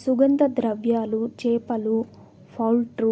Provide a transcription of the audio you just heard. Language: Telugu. సుగంధ ద్రవ్యాలు, చేపలు, పౌల్ట్రీ,